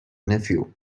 nephew